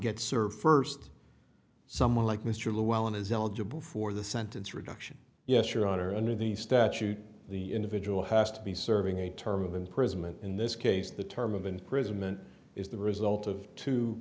gets served first someone like mr llewellyn is eligible for the sentence reduction yes your honor under the statute the individual has to be serving a term of imprisonment in this case the term of imprisonment is the result of two